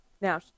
Now